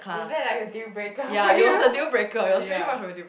is that like a dealbreaker for you really ah